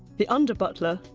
the under-butler,